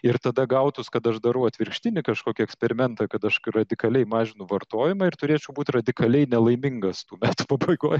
ir tada gautųsi kad aš darau atvirkštinį kažkokį eksperimentą kad aš radikaliai mažinu vartojimą ir turėčiau būt radikaliai nelaimingas tų metų pabaigoj